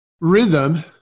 rhythm